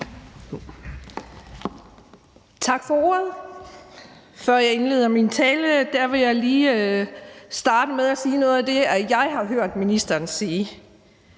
Tak for ordet. Før jeg indleder min tale, vil jeg lige starte med at sige noget af det, jeg har hørt ministeren sige.